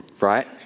right